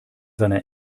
seiner